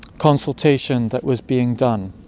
consultation that was being done.